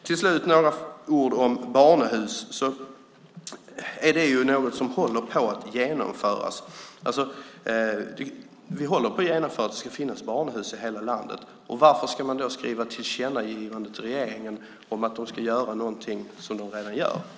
Till slut vill jag säga några ord om barnahus. Det är ju något som håller på att genomföras. Det ska finnas barnahus i hela landet. Varför ska man skriva ett tillkännagivande till regeringen om att de ska göra någonting som de redan gör.